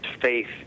faith